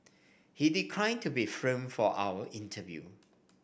he declined to be filmed for our interview